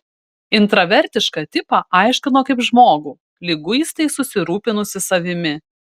intravertišką tipą aiškino kaip žmogų liguistai susirūpinusį savimi